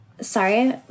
Sorry